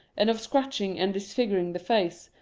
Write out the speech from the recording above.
and of scratching and disfiguring the face,